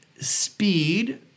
speed